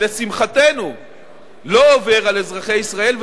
לשמחתנו לא עובר על אזרחי ישראל,